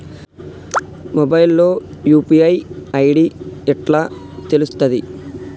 Mobile లో UPI ID ఎట్లా తెలుస్తది?